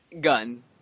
gun